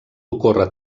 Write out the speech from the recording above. ocórrer